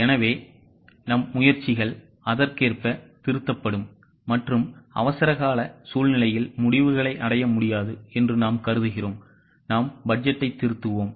எனவே நம் முயற்சிகள் அதற்கேற்ப திருத்தப்படும் மற்றும் அவசரகால சூழ்நிலையில் முடிவுகளை அடைய முடியாது என்று நாம் கருதுகிறோம் நாம் பட்ஜெட்டை திருத்துவோம்